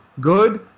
good